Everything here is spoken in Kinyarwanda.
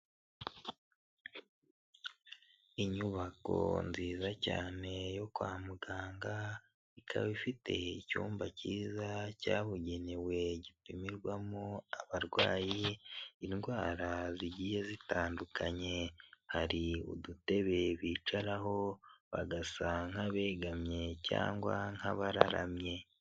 Inyubako nziza cyane yo kwa muganga, ikaba ifite icyumba cyiza cyabugenewe gipimirwamo abarwayi indwara zigiye zitandukanye, hari udutebe bicaraho bagasa nk'abegamye cyangwa nk'abararamye.